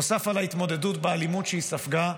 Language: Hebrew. נוסף על ההתמודדות באלימות שהיא ספגה,